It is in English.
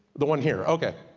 the one here, okay!